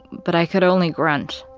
but i could only grunt.